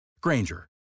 Granger